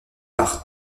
par